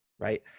right?